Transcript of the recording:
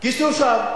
כתושב.